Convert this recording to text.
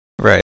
Right